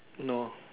no